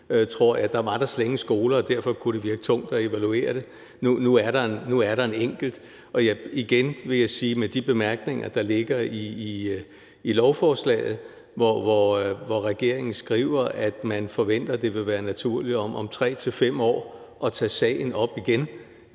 internationale grundskoler . Derfor kunne det virke tungt at evaluere det. Nu er der en enkelt. Igen vil jeg i forhold til de bemærkninger, der ligger i lovforslaget, hvor regeringen skriver, at man forventer, at det om 3-5 år vil være naturligt at tage sagen op igen,